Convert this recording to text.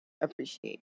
appreciate